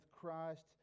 Christ